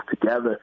together